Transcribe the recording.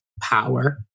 power